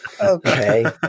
okay